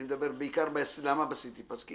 אני מדבר בעיקר בסיטי פס.